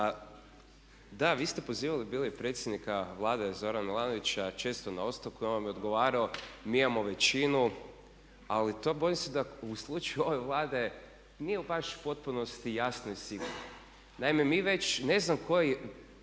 Da, vi ste pozivali bili predsjednika Vlade Zorana Milanovića često na ostavku i on vam je odgovarao mi imamo većinu. Ali to bojim se da u slučaju ove Vlade nije baš u potpunosti jasno i sigurno. Naime, mi već ne znam koji